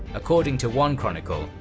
according to one chronicle,